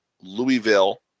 Louisville